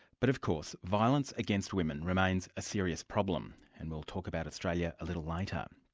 but of course, violence against women remains a serious problem. and we'll talk about australia a little like um